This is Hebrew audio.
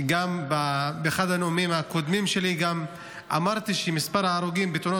באחד הנאומים הקודמים שלי אמרתי שמספר ההרוגים בתאונות